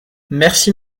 merci